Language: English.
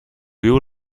you